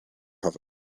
have